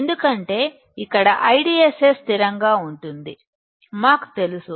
ఎందుకంటే ఇక్కడ IDSS స్థిరంగా ఉంటుంది మాకు తెలుసు